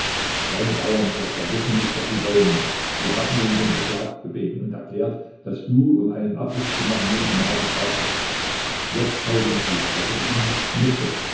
deine bauern sagt er wissen nicht was sie wollen sie haben nur um den beschlag gebeten und erklärt daß du um einen abriß zu machen nur die maße brauchtest jetzt heulen sie daß er ihnen nichts nütze